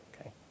okay